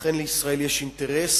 לכן לישראל יש אינטרס